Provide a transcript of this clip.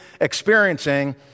experiencing